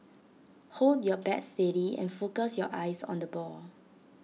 hold your bat steady and focus your eyes on the ball